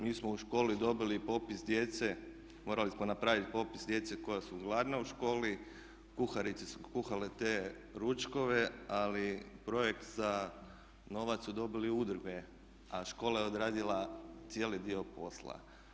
Mi smo u školi dobili popis djece, morali smo napraviti popis djece koja su gladna u školi, kuharice su kuhale te ručkove ali projekt za novac su dobile udruge a škola je odradila cijeli dio posla.